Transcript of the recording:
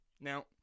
now